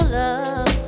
love